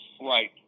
right